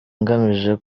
ngamije